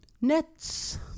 Nets